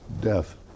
death